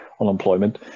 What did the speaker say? unemployment